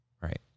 Right